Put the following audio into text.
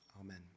amen